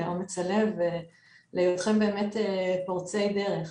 על אומץ הלב ולהיותכם באמת פורצי דרך.